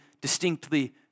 distinctly